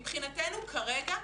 מבחינתנו כרגע,